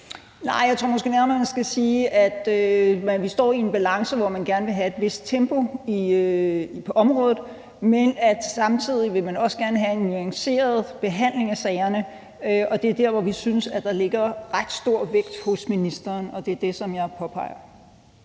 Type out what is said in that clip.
Nej, jeg tror måske nærmere, det skal siges sådan, at vi står i en balance, hvor man gerne vil have et vist tempo på området, men samtidig vil man også gerne vil have en nuanceret behandling af sagerne, og det er der, hvor vi synes der ligger ret stor vægt hos ministeren, og det er det, som jeg påpeger.